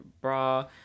bra